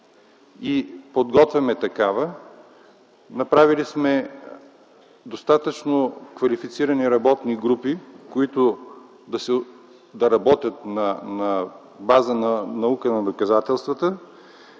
и подготвяме такава. Направили сме достатъчно квалифицирани работни групи, които да работят на база на наука на доказателствата